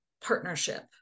partnership